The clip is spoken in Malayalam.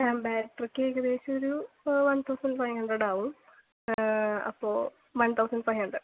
ആ ബാറ്ററിക്ക് ഏകദേശം ഒരു വൺ തൗസൻഡ് ഫൈവ് ഹൺഡ്രഡ് ആവും അപ്പോൾ വൺ തൗസൻഡ് ഫൈവ് ഹൺഡ്രഡ്